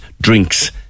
drinks